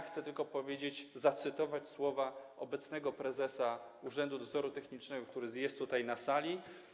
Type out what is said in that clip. Chcę tylko powiedzieć, zacytować słowa obecnego prezesa Urzędu Dozoru Technicznego, który jest tutaj na sali.